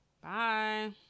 Bye